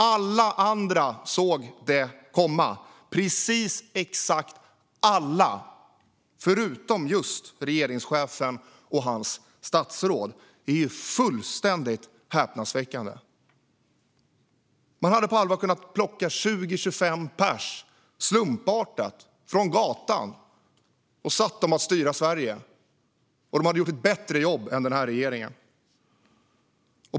Alla andra såg det komma, precis alla förutom just regeringschefen och hans statsråd. Det är fullständigt häpnadsväckande. Man hade på allvar kunnat plocka 20-25 pers slumpartat från gatan och satt dem att styra Sverige, och de skulle ha gjort ett bättre jobb än denna regering.